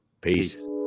Peace